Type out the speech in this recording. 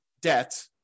debt